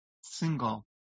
single